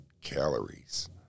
calories